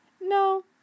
No